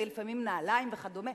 ולפעמים נעליים וכדומה.